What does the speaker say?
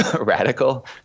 radical